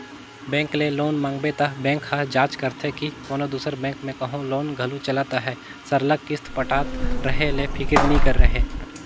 bank ले loan मांगबे त बेंक ह जांच करथे के कोनो दूसर बेंक में कहों लोन घलो चलत अहे सरलग किस्त पटत रहें ले फिकिर नी रहे